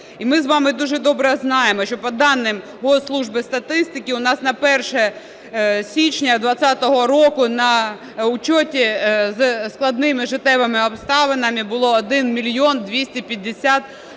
І ми з вами дуже добре знаємо, що по даним Госслужби статистики у нас на 1 січня 20-го року на учете із складними життєвими обставинами було 1 мільйон 250